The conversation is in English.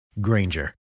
Granger